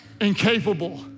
incapable